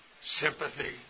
sympathy